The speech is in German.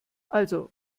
also